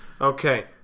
Okay